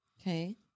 Okay